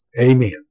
amen